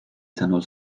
sõnul